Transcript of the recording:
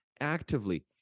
actively